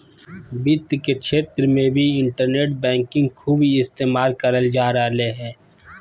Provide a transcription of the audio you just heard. वित्त के क्षेत्र मे भी इन्टरनेट बैंकिंग खूब इस्तेमाल करल जा रहलय हें